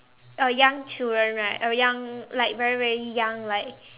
uh young children right uh young like very very young like